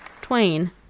Twain